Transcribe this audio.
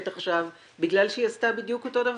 עכשיו בגלל שהיא עשתה בדיוק אותו דבר.